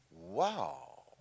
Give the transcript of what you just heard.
wow